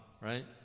right